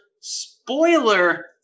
spoiler